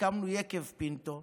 הקמנו יקב פינטו,